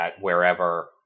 wherever